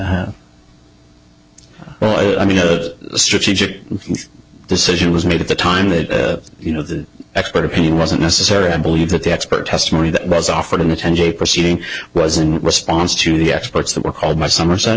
unit well i mean a strategic decision was made at the time that you know the expert opinion wasn't necessary i believe that the expert testimony that was offered in the ten day proceeding was in response to the experts that were called my summer